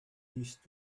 these